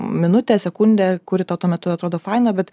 minutę sekundę kuri tau tuo metu atrodo faina bet